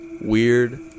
weird